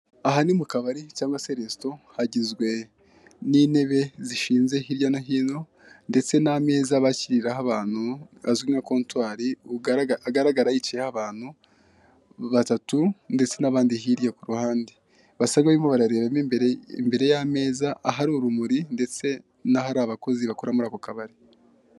Aha ni mukabari cyangwa se resto hagizwe n'intebe zishinze hirya no hino ndetse n'ameza bashyiriraho abantu azwi nka kontwari agaragara bicayeho abantu batatu ndetse n'abandi hirya kuruhande basa nk'aho bararebamo imbere barareba ahari urumuri ndetse nahari abakozi bakora muri ako kabari.